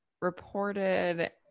reported